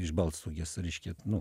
iš balstogės reiškia nu